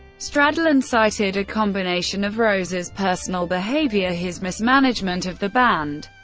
stradlin cited a combination of rose's personal behavior, his mismanagement of the band,